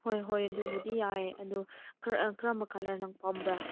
ꯍꯣꯏ ꯍꯣꯏ ꯑꯗꯨꯕꯨꯗꯤ ꯌꯥꯏ ꯑꯗꯨ ꯈꯔ ꯀꯔꯝꯕ ꯀꯂꯔ ꯅꯪ ꯄꯥꯝꯕ꯭ꯔꯥ